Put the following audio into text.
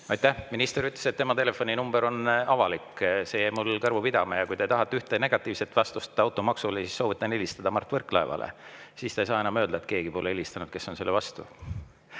Aitäh! Minister ütles, et tema telefoninumber on avalik. See jäi mul kõrvu pidama. Ja kui te tahate ühte negatiivset vastust automaksu kohta, siis soovitan helistada Mart Võrklaevale – siis ta ei saa enam öelda, et talle pole helistanud need, kes on selle vastu. Nii,